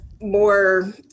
more